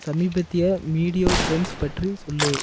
சமீபத்திய media trends பற்றி சொல்லு